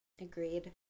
Agreed